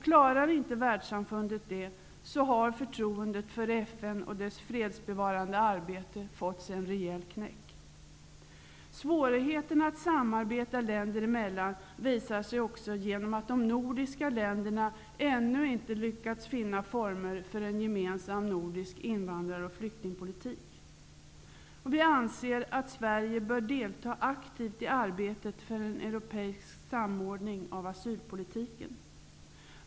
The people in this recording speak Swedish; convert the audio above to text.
Klarar inte världssamfundet det så har förtroendet för FN och dess fredsbevarande arbete fått sig en rejäl knäck. Svårigheterna att samarbeta länder emellan visar sig också i att de nordiska länderna ännu inte lyckats finna former för en gemensam nordisk invandrar och flyktingpolitik. Vi anser att Sverige aktivt bör delta i arbetet för en europeisk samordning av asylpolitiken.